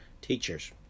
teachers